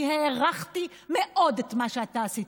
אני הערכתי מאוד את מה שאתה עשית,